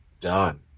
done